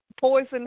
poison